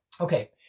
Okay